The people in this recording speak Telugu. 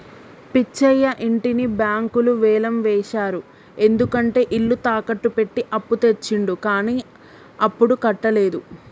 పిచ్చయ్య ఇంటిని బ్యాంకులు వేలం వేశారు ఎందుకంటే ఇల్లు తాకట్టు పెట్టి అప్పు తెచ్చిండు కానీ అప్పుడు కట్టలేదు